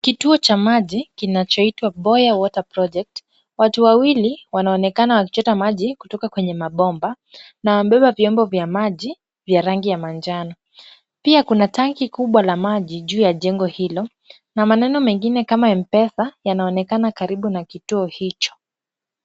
Kituo cha maji kinachoitwa Boya water project, watu wawili wanaonekana wakichota maji kutoka kwenye mabomba na wamebeba vyombo vya maji vya rangi ya manjano. Pia kuna tanki kubwa la maji juu ya jengo hilo na maneno mengine kama M-Pesa yanaonekana karibu na kituo hicho.